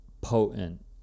potent